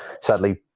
sadly